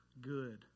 good